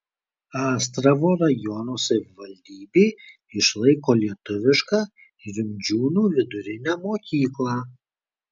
astravo rajono savivaldybė išlaiko lietuvišką rimdžiūnų vidurinę mokyklą